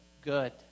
good